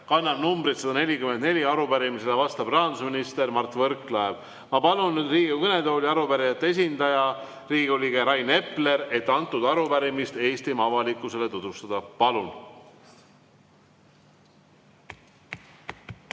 kannab numbrit 144. Arupärimisele vastab rahandusminister Mart Võrklaev. Ma palun nüüd Riigikogu kõnetooli arupärijate esindaja, Riigikogu liikme Rain Epleri, et arupärimist Eestimaa avalikkusele tutvustada. Palun!